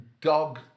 Dog